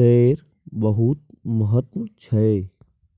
केर बहुत महत्व छै